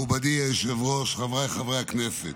מכובדי היושב-ראש, חבריי חברי הכנסת,